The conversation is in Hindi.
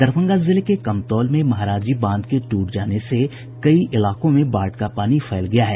दरभंगा जिले के कमतौल में महाराजी बांध के टूट जाने से कई इलाकों में बाढ़ का पानी फैल गया है